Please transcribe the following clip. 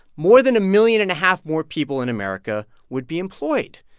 more than a million and a half more people in america would be employed.